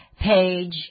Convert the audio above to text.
Page